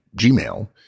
gmail